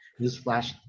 Newsflash